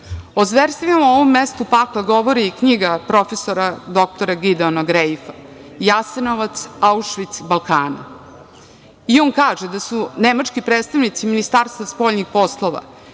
zverstvima u ovom mestu pakla govori knjiga prof. dr Gideona Grajfa „Jasenovac, Aušvic Balkana“. I on kaže da su nemački predstavnici Ministarstva spoljnih poslova